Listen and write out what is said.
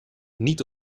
niet